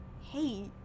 Hey